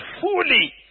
fully